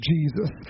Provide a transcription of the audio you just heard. Jesus